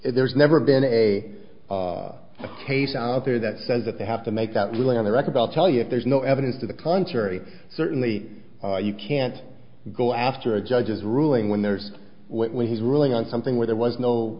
there's never been a case out there that says that they have to make that lay on the record i'll tell you if there's no evidence to the contrary certainly you can't go after a judge's ruling when there's his ruling on something where there was no